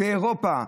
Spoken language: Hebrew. באירופה,